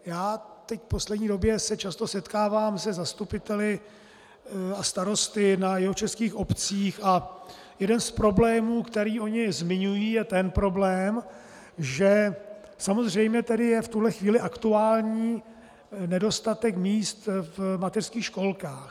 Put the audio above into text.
Já se v poslední době často setkávám se zastupiteli a starosty na jihočeských obcích a jeden z problémů, který oni zmiňují, je ten problém, že samozřejmě je v tuhle chvíli aktuální nedostatek míst v mateřských školkách.